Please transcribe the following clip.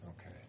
Okay